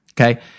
Okay